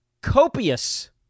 copious